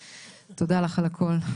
אז תודה לך על הכל.